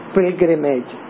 Pilgrimage